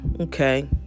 Okay